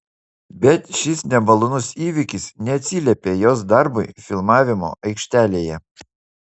bet šis nemalonus įvykis neatsiliepė jos darbui filmavimo aikštelėje